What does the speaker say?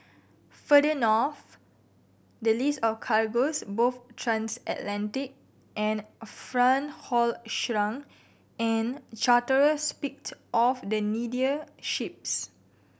further north the list of cargoes both transatlantic and front haul shrunk and charterers picked off the needier ships